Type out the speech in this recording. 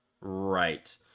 Right